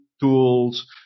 tools